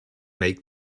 make